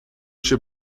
się